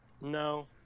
no